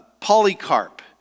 Polycarp